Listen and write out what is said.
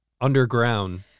Underground